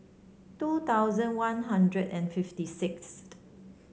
two thousand One Hundred and fifty sixth